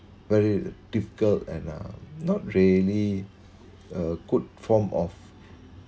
very difficult and uh not really a good form of